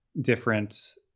different